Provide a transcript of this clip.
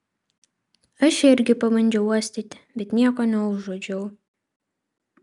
aš irgi pabandžiau uostyti bet nieko neužuodžiau